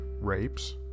rapes